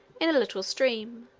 in a little stream,